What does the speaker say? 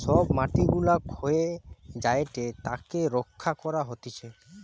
সব মাটি গুলা ক্ষয়ে যায়েটে তাকে রক্ষা করা হতিছে